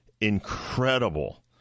incredible